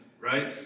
right